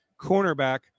cornerback